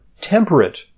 temperate